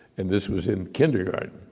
and this was in kindergarten,